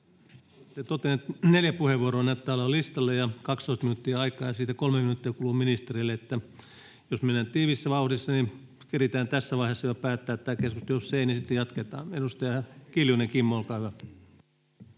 neljä puheenvuoroa näyttää olevan listalla ja on 12 minuuttia aikaa ja siitä 3 minuuttia kuuluu ministerille. Jos mennään tiiviissä vauhdissa, niin keritään jo tässä vaiheessa päättää tämä keskustelu, mutta jos ei, niin sitten jatketaan. — Edustaja Kiljunen, Kimmo, olkaa hyvä.